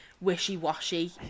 wishy-washy